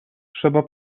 trzeba